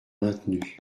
maintenu